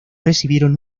recibieron